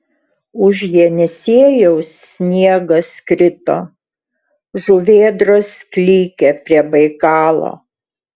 už jenisiejaus sniegas krito žuvėdros klykė prie baikalo